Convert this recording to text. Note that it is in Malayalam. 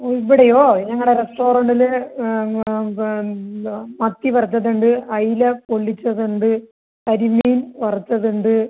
ഓ ഇവിടെയോ ഞങ്ങളുടെ റെസ്റ്റോറന്റിൽ എന്താ മത്തി വറത്തത് ഉണ്ട് അയില പൊള്ളിച്ചത് ഉണ്ട് കരിമീൻ വറത്തത് ഉണ്ട്